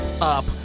up